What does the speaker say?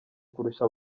kurusha